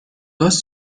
گاز